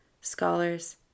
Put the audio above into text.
scholars